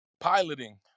piloting